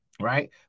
right